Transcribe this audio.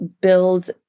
build